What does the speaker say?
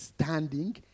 standing